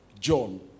John